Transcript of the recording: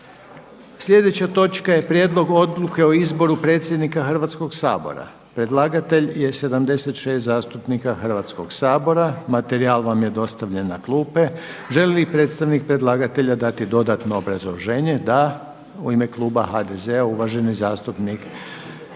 Sljedeća točka je: - Prijedlog odluke o izboru predsjednika Hrvatskoga sabora. Predlagatelj je 76 zastupnika Hrvatskog sabora. Materijal vam je dostavljen na klupe. Želi li predstavnik predlagatelja dati dodatno obrazloženje? Da. U ime kluba HDZ-a uvaženi zastupnik Branko Bačić.